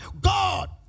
God